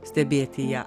stebėti ją